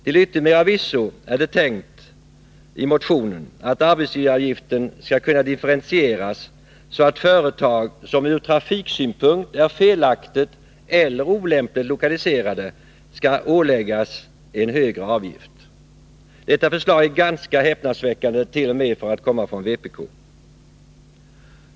Till yttermera visso är det tänkt i motionen att arbetsgivaravgiften skall kunna differentieras, så att företag som ur trafiksynpunkt är felaktigt eller olämpligt lokaliserade skall åläggas en högre avgift. Detta förslag är ganska häpnadsväckande, t.o.m. för att komma från vpk.